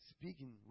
speaking